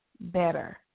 better